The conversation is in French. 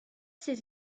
ses